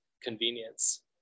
convenience